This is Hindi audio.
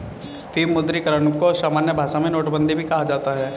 विमुद्रीकरण को सामान्य भाषा में नोटबन्दी भी कहा जाता है